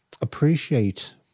appreciate